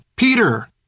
Peter